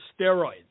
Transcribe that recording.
steroids